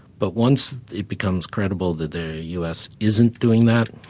but once it becomes credible that the u s. isn't doing that,